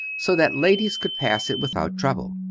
so that ladies could pass it without trouble.